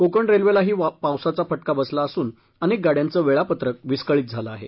कोकण रेल्वेलाही पावसाचा फटका बसला असून अनेक गाड्याचं वेळापत्रक विस्कळीत झालं आहे